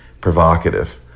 provocative